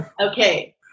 Okay